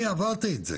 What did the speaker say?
אני עברתי את זה,